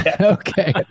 Okay